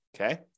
Okay